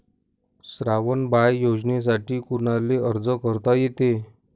श्रावण बाळ योजनेसाठी कुनाले अर्ज करता येते?